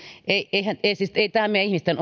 eihän tämä mene ihmisten